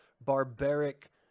barbaric